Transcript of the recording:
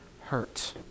hurt